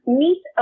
meet